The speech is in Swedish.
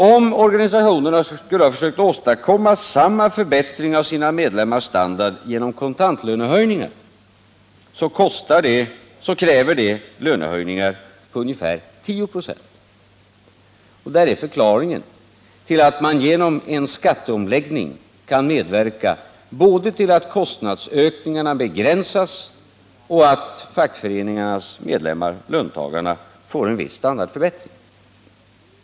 Om organisationerna skulle ha försökt åstadkomma samma förbättring av sina medlemmars standard genom kontantlönehöjningar hade det krävts lönehöjningar på ungefär 10 ”.. Där är förklaringen till att man genom en skatteomläggning kan medverka till både att kostnadsökningarna begränsas och att fackföreningarnas medlemmar, löntagarna, får en viss standardförbättring.